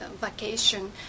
vacation